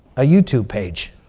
a youtube page.